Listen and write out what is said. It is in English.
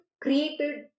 created